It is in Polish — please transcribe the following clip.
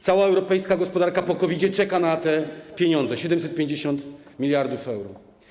Cała europejska gospodarka po COVID czeka na te pieniądze, 750 mld euro.